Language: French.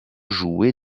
joué